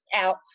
out